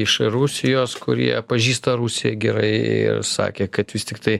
iš rusijos kurie pažįsta rusiją gerai ir sakė kad vis tiktai